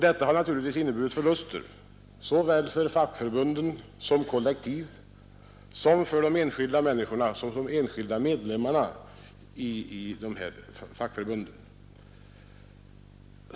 Detta har naturligtvis inneburit förluster såväl för fackförbunden som kollektiv som för de enskilda medlemmarna i fackförbunden.